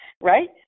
right